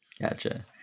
Gotcha